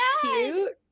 cute